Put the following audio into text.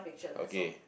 okay